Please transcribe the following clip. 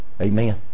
Amen